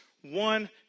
one